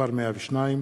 (תיקון,